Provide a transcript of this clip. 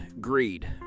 greed